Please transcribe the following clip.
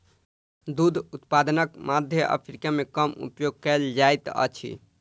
दूध उत्पादनक मध्य अफ्रीका मे कम उपयोग कयल जाइत अछि